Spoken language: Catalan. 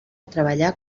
treballar